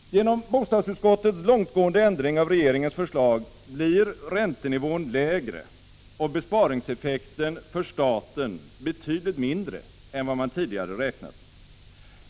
Genom bostadsutskottets långtgående ändring av regeringens förslag blir räntenivån lägre och besparingseffekten för staten betydligt mindre än vad man tidigare räknat med.